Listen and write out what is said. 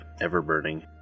ever-burning